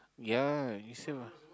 ya you said what